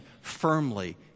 firmly